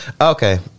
Okay